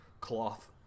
cloth